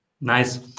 Nice